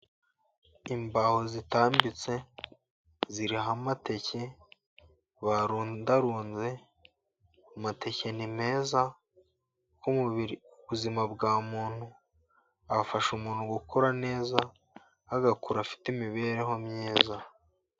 Imbaho zitambitse ziriho amateke barundarunze. Amateke ni meza mu buzima bwa muntu, afasha umuntu gukura neza, agakura afite imibereho myiza.